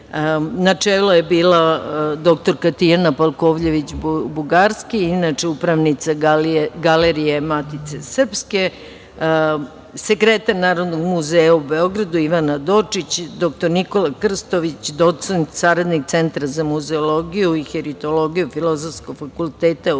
Na čelu je bila dr Tijana Palkovljević Bugarski, inače upravnica galerije Matice srpske, sekretar Narodnog muzeja u Beograd, Ivana Dočić, dr Nikola Krstović, docent, saradnik Centra za muzeologiju i heritologiju Filozofskog fakulteta u